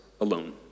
alone